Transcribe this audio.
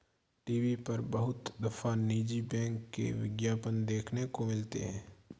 TV पर बहुत दफा निजी बैंक के विज्ञापन देखने को मिलते हैं